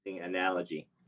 analogy